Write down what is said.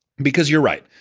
because you're right.